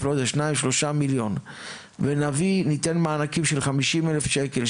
שניים-שלושה מיליון וניתן מענקים של 50,000 שקל,